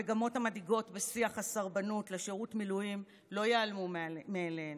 המגמות המדאיגות בשיח הסרבנות לשירות מילואים לא ייעלמו מאליהן.